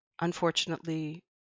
unfortunately